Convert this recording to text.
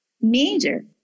major